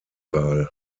wahl